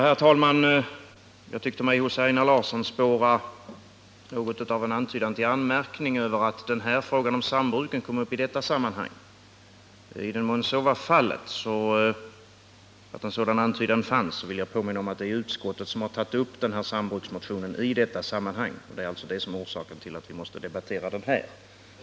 Herr talman! Jag tyckte mig i Einar Larssons anförande kunna spåra något av en antydan till anmärkning över att frågan om sambruken kom upp i detta sammanhang. I den mån så var fallet och en sådan antydan fanns, vill jag påminna om att det är utskottet som har tagit upp samrådsmotionen i samband med det här ärendet, och det är detta som är orsaken till att vi måste debattera den nu.